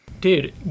Dude